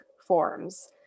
forms